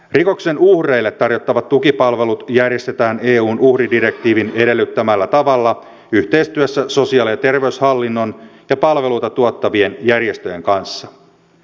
rikoksen uhreille tarjottavat tukipalvelut järjestetään eun uhridirektiivin edellyttämällä tavalla yhteistyössä sosiaali ja terveyshallinnon ja palveluita tuottavien järjestöjen kanssa